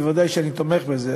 ודאי שאני תומך בזה,